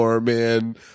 Man